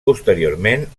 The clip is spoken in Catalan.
posteriorment